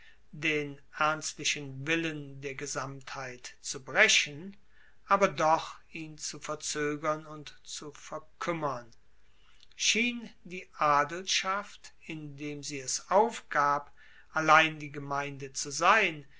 den ernstlichen willen der gesamtheit zu brechen aber doch ihn zu verzoegern und zu verkuemmern schien die adelschaft indem sie es aufgab allein die gemeinde zu sein